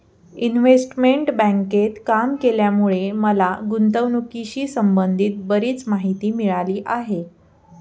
investment बँकेत काम केल्यामुळे मला गुंतवणुकीशी संबंधित बरीच माहिती मिळाली आहे